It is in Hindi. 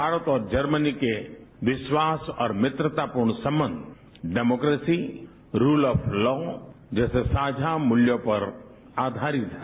भारत और जर्मनी के विश्वास और मित्रतापूर्ण संबंध डेमोक्रेसी रूल ऑफ लॉ जैसे साझा मूल्यों पर आधारित है